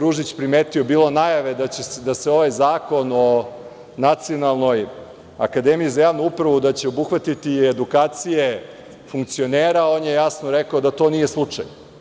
Ružić to primetio, bilo najave da se ovaj zakon o Nacionalnoj akademiji za javnu upravu, da će obuhvatiti i edukacije funkcionera, on je jasno rekao da to nije slučaj.